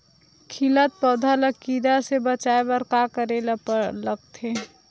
खिलत पौधा ल कीरा से बचाय बर का करेला लगथे?